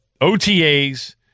OTAs